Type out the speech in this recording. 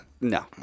No